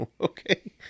okay